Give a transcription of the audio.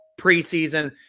preseason